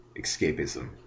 escapism